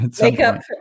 Makeup